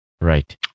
Right